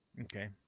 Okay